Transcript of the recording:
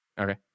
Okay